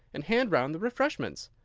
and hand round the refreshments!